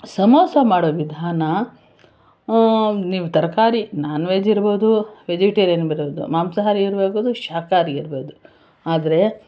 ಸಮೋಸ ಮಾಡೋ ವಿಧಾನ ನೀವು ತರಕಾರಿ ನಾನ್ ವೆಜ್ ಇರ್ಬೋದು ವೆಜಿಟೇರಿಯನ್ ಇರ್ಬೋದು ಮಾಂಸಾಹಾರಿ ಇರ್ಬೋದು ಶಾಖಾಹಾರಿ ಇರ್ಬೋದು ಆದರೆ